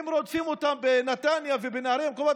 אם רודפים אותם בנתניה ובנהריה ובמקומות